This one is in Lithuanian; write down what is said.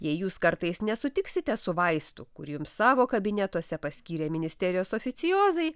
jei jūs kartais nesutiksite su vaistu kurį jums savo kabinetuose paskyrė ministerijos oficiozai